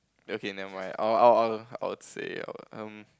okay never mind I'll I'll I'll say it out um